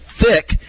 thick